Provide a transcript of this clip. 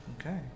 Okay